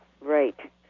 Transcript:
Right